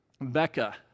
Becca